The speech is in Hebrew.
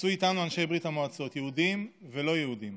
עשו איתנו אנשי ברית המועצות, יהודים ולא יהודים,